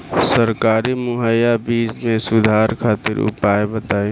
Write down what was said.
सरकारी मुहैया बीज में सुधार खातिर उपाय बताई?